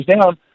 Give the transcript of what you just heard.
down